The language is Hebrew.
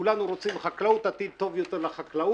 כולנו רוצים חקלאות, עתיד טוב יותר לחקלאות.